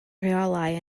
rheolau